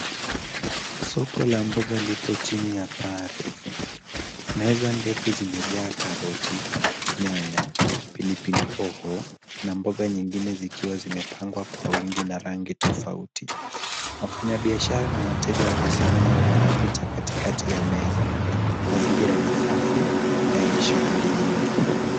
Soko la mboga lipo chini ya paa refu. Meza ndefu zimejaa karoti , nyanya, pilipili hoho, na mboga nyingine zikiwa zimepangwa kwa wingi na rangi tofauti. Wafanyabiashara na wateja wamesimama au wanapita katikati ya meza. Mazingira ni safi na yenye shughuli nyingi.